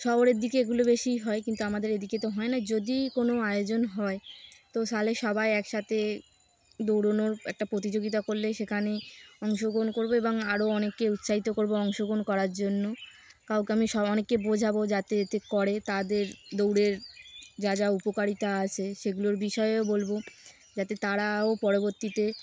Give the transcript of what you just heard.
শহরের দিকে এগুলো বেশিই হয় কিন্তু আমাদের এদিকে তো হয় না যদি কোনো আয়োজন হয় তো সালে সবাই একসাথে দৌড়নোর একটা প্রতিযোগিতা করলে সেখানে অংশগ্রহণ করবো এবং আরও অনেককে উৎসাহিত করবো অংশগ্রহণ করার জন্য কাউকে আমি সব অনেককে বোঝাবো যাতে এতে করে তাদের দৌড়ের যা যা উপকারিতা আছে সেগুলোর বিষয়েও বলবো যাতে তারাও পরবর্তীতে